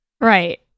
right